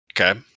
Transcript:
Okay